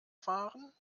fahren